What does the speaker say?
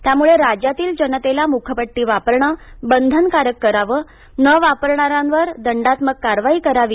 त्यामुळे राज्यातील जनतेला मुखपट्टी वापरणं बंधनकारक करावं न वापरणाऱ्यांवर दंडात्मक कारवाई करावी